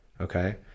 okay